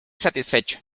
satisfecho